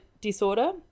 disorder